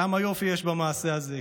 כמה יופי יש במעשה הזה?